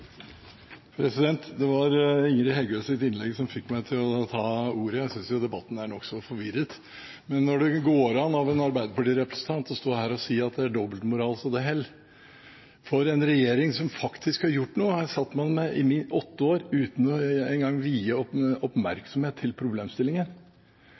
tiltaksplanen. Det var Ingrid Heggøs innlegg som fikk meg til å ta ordet. Jeg synes debatten er nokså forvirrende – når det går an for en arbeiderpartirepresentant å stå her og si at det er dobbeltmoral så det holder hos en regjering som har gjort noe. Her satt man i åtte år uten engang å